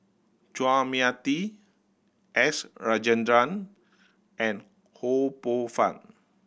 Chua Mia Tee S Rajendran and Ho Poh Fun